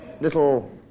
Little